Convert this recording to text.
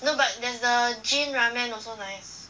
no but there's the Jin ramen also nice